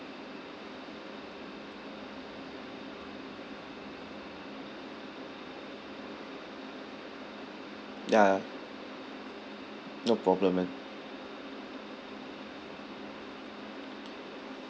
ya no problem man